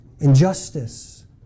Injustice